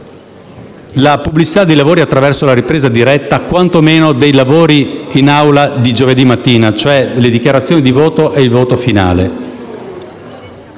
la pubblicità dei lavori attraverso la ripresa diretta quantomeno dei lavori in Aula di giovedì mattina, cioè le dichiarazioni di voto e il voto finale.